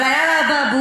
אבל היה לה אבעבועות,